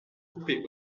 couper